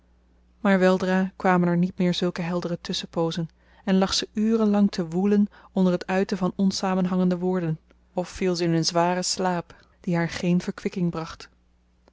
maar weldra kwamen er niet meer zulke heldere tusschenpoozen en lag ze uren lang te woelen onder het uiten van onsamenhangende woorden of viel ze in een zwaren slaap die haar geen verkwikking bracht